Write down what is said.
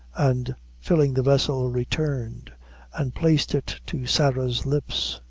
and filling the vessel, returned and placed it to sarah's lips.